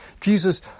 Jesus